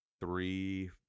three